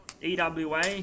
EWA